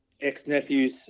ex-nephews